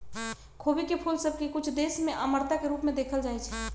खोबी के फूल सभ के कुछ देश में अमरता के रूप में देखल जाइ छइ